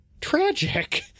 tragic